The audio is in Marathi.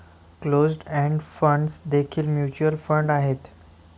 क्लोज्ड एंड फंड्स देखील म्युच्युअल फंड आहेत